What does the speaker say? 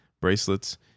bracelets